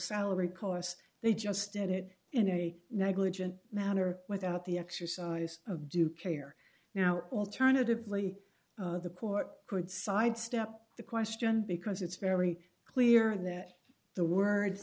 salary cos they just did it in a negligent manner without the exercise of due care now alternatively the court could sidestep the question because it's very clear that the word